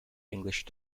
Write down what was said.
english